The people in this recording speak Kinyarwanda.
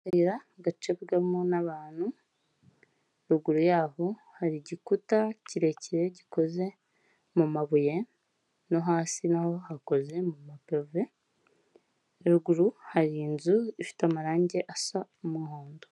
Akayira gacibwamo n'abantu, ruguru yaho hari igikuta kirekire gikoze mu mabuye, no hasi na ho hakoze mu mapave ruguru hari inzu ifite amarangi asa umuhondo.